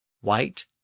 White